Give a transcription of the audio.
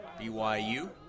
BYU